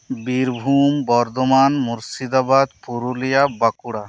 Birbhum Bardhaman Murshidabad Purulia Bankura